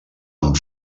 amb